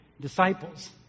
disciples